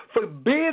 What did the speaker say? Forbid